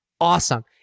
awesome